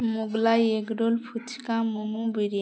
Mughlai egg roll phuchka momo biryani